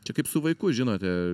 čia kaip su vaiku žinote